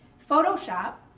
photo shop,